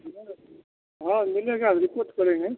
मिलेगा हाँ मिलेगा तो रिपोर्ट करेंगे